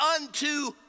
unto